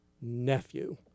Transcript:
nephew